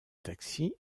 taxi